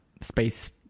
space